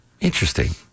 Interesting